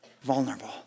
vulnerable